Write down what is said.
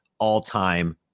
all-time